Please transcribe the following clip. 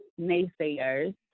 naysayers